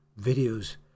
videos